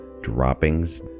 droppings